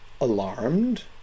alarmed